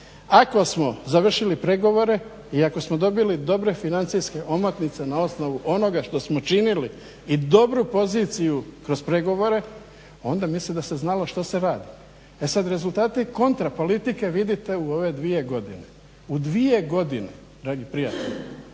ako smo završili pregovore i ako smo dobili dobre financijske omotnice na osnovu onoga što smo činili i dobru poziciju kroz pregovore onda mislim da se znalo što se radi. E sad rezultati kontra politike vidite u ove dvije godine, u dvije godine dragi prijatelju.